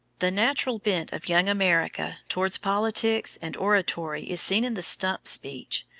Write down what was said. the natural bent of young america towards politics and oratory is seen in the stump speech,